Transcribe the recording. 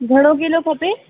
घणो किलो खपे